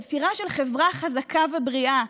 יצירה של חברה חזקה ובריאה,